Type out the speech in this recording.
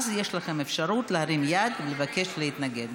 אז יש לכם אפשרות להרים יד ולבקש להתנגד.